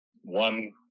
One